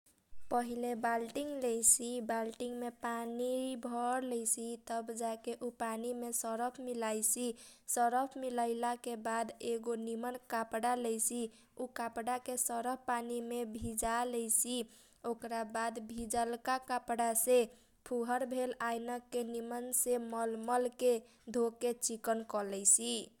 पहिले बालटीन लैसी बालटीनमे पानी भरलैसी तब जाके उ पानीमे सरफ मिलाइसी सरफ मिलाइलाके बाद एगो निमन कपडा लैसी उ कपडाके सरफ पानीमे भिजा लैसी ओकरा बाद भिजलका कपडासे फुहर भेल आइनके निमनसे मल मलके धोके चिकन कलैसी।